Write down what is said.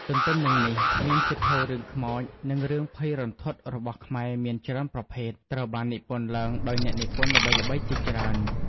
ទន្ទឹមនឹងនេះ មានសៀវភៅរឿងខ្មោច និងរឿងភ័យរន្ធត់របស់ខ្មែរមានច្រើនប្រភេទ ត្រូវបាននិពន្ធឡើងដោយអ្នកនិពន្ធល្បីៗជាច្រើន។